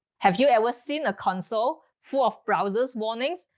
have you ever seen a console for browser's warnings,